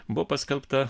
buvo paskelbta